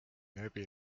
läbi